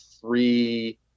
three